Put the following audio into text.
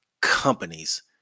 companies